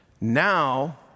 Now